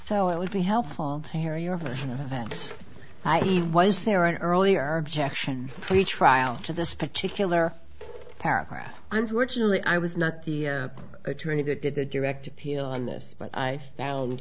so it would be helpful to hear your version of events i e why is there an earlier objection for the trial to this particular paragraph unfortunately i was not the attorney that did the direct appeal on this but i found